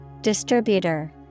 Distributor